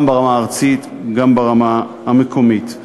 גם ברמה הארצית, גם ברמה המקומית.